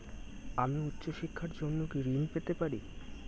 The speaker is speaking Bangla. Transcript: আমি উচ্চশিক্ষার জন্য কি ঋণ পেতে পারি?